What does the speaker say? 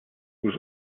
was